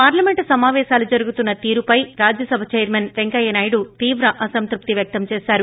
parliament సమాపేశాలు జరుగుతున్న తీరుపై రాజ్యసభ చైర్మన్ పెంకయ్యనాయుడు తీవ్ర అసంతృప్తి వ్యక్తం చేశారు